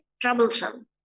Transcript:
troublesome